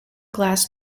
glass